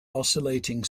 oscillating